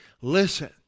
Listen